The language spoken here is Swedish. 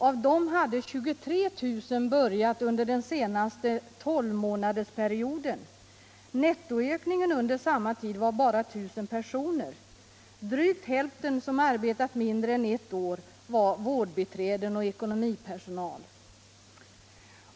Av dem hade 23 000 börjat under den senaste tolvmånadersperioden. Nettoökningen under samma tid var bara 1 000 personer. Drygt hälften av dem som arbetat mindre än ett år var vårdbiträden och ekonomipersonal.